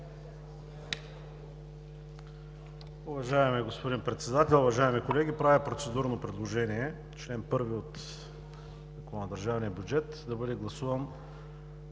Уважаеми господин Председател, уважаеми колеги! Правя процедурно предложение – чл. 1 от Закона за държавния бюджет да бъде гласуван